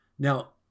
Now